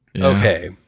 Okay